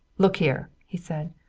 look here, he said.